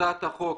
הצעת החוק